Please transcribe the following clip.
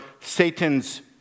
Satan's